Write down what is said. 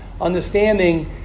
understanding